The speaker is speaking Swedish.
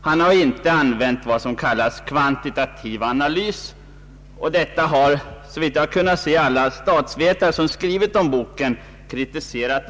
Han har inte använt vad som kallas kvantitativ analys, och detta har såvitt jag känner till alla statsvetare som skrivit om boken kritiserat.